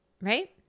Right